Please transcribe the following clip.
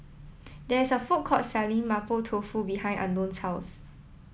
there is a food court selling Mapo Tofu behind Unknown's house